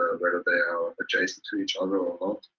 or whether they are adjacent to each other or